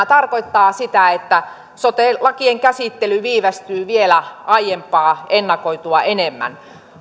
tarkoittaa sitä että sote lakien käsittely viivästyy vielä aiemmin ennakoitua enemmän